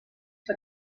but